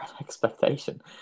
expectation